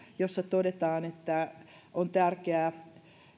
jossa todetaan että on tärkeää